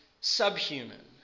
subhuman